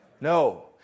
No